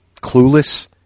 clueless